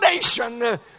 foundation